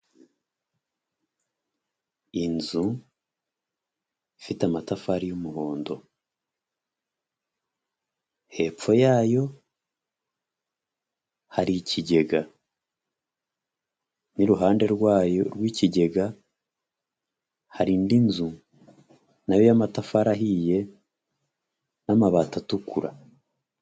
Inzu ifite amatafari y'umuhondo hepfo yayo hari ikigega n'iruhande rwayo rw' ikigega hari indi nzu na yo y'amatafari ahiye n'amabati atukura.